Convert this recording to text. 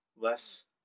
less